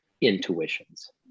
intuitions